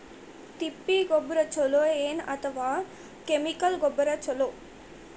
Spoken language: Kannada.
ತಿಪ್ಪಿ ಗೊಬ್ಬರ ಛಲೋ ಏನ್ ಅಥವಾ ಕೆಮಿಕಲ್ ಗೊಬ್ಬರ ಛಲೋ?